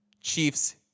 Chiefs